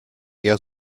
eher